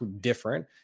different